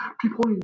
people